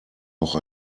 auch